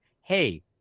hey